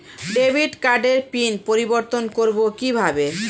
Debit কার্ডের PIN পরিবর্তন করবো কীভাবে?